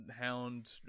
hound